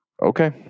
Okay